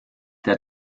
der